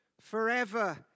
forever